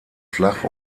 flach